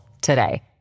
today